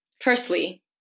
firstly